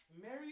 Mary